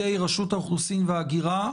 אבל יש 15,000 ישראלים שאוחזים בהיתר לעובד סיעודי